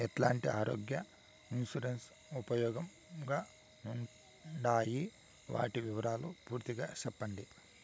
ఎట్లాంటి ఆరోగ్య ఇన్సూరెన్సు ఉపయోగం గా ఉండాయి వాటి వివరాలు పూర్తిగా సెప్పండి?